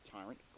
tyrant